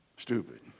Stupid